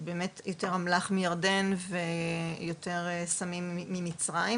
באמת יותר אמל"ח מירדן ויותר סמים ממצרים.